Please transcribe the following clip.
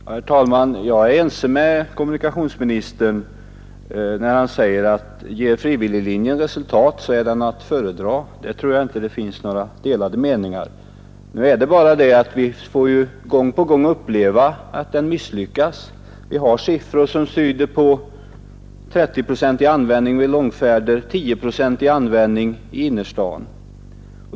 Herr talman! Jag är ense med kommunikationsministern, när han säger att frivilliglinjen är att föredra, om den visar sig ge resultat. Därom tror jag inte att det finns några delade meningar. Gång på gång får vi emellertid uppleva att den misslyckas. Vi har siffror som visar 30-procentig användning av bilbälten vid långfärder och 10-procentig användning i innerstaden.